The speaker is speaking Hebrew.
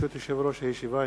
יושב-ראש הישיבה,